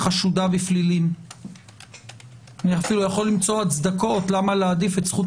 אני אפילו יכול למצוא הצדקות למה להעדיף את זכות